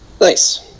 Nice